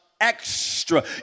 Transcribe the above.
extra